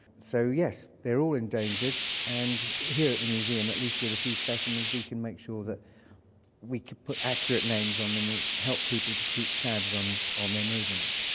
so yes, they're all endangered and here at the museum, at least with a few specimens we can make sure that we can put accurate names on them, it'll help people to keep tabs on on their movements.